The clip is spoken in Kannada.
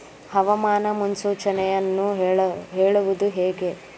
ಹವಾಮಾನ ಮುನ್ಸೂಚನೆಯನ್ನು ಹೇಳುವುದು ಹೇಗೆ?